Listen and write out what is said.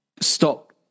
stop